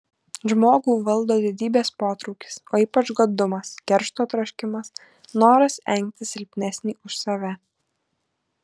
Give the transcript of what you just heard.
žmogų valdo didybės potraukis o ypač godumas keršto troškimas noras engti silpnesnį už save